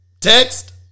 text